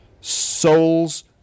souls